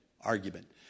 argument